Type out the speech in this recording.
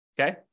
Okay